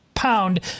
pound